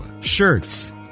shirts